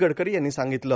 गडकरी यांनी सांगितलं